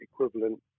equivalent